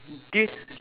do yo~